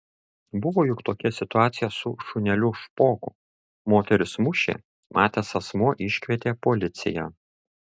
buvo juk tokia situacija su šuneliu špoku moteris mušė matęs asmuo iškvietė policiją